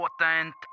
important